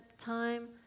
time